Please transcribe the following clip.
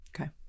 Okay